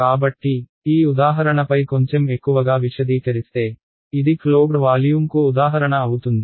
కాబట్టి ఈ ఉదాహరణపై కొంచెం ఎక్కువగా విశదీకరిస్తే ఇది క్లోజ్డ్ వాల్యూమ్కు ఉదాహరణ అవుతుంది